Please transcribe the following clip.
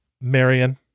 Marion